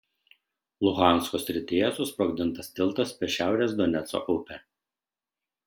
luhansko srityje susprogdintas tiltas per šiaurės doneco upę